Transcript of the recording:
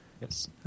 Yes